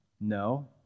no